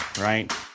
Right